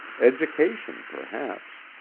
education, perhaps